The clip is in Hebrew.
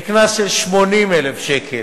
בקנס של 80,000 ש"ח.